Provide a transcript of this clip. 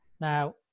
Now